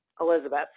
Elizabeth